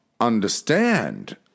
understand